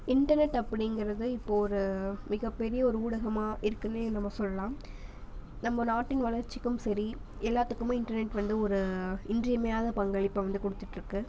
internet அப்படிங்கிறது இப்போது ஒரு மிகப்பெரிய ஒரு ஊடகமாக இருக்குன்னே நம்ம சொல்லலாம் நம்ம நாட்டின் வளர்ச்சிக்கும் சரி எல்லாத்துக்குமே இன்டர்நெட் வந்து ஒரு இன்றியமையாத பங்களிப்பை வந்து கொடுத்துட்ருக்கு